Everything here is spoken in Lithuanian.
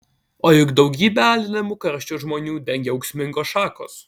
o juk daugybę alinamų karščio žmonių dengia ūksmingos šakos